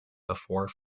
before